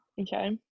Okay